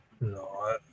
No